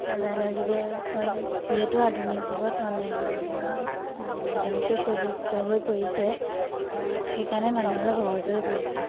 অনলাইনৰ যুগে অ যিহেতু আধুনিক যুগত অনলাইনৰ মাধ্যমটোৱে প্ৰযোজ্য হৈ পৰিছে সেইকাৰণে মানুহলে সহজ হৈ পৰিছে